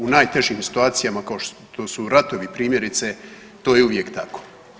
U najtežim situacijama kao što su ratovi primjerice to je uvijek tako.